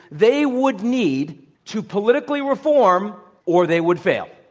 they would need to politically reform or they would fail.